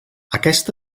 aquesta